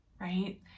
right